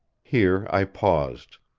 here i paused.